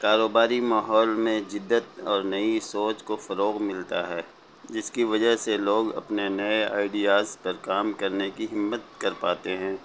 کاروباری ماحول میں جدت اور نئی سوچ کو فروغ ملتا ہے جس کی وجہ سے لوگ اپنے نئے آئیڈیاز پر کام کرنے کی ہمت کر پاتے ہیں